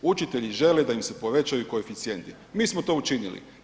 Učitelji žele da im se povećaju koeficijenti, mi smo to učinili.